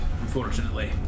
unfortunately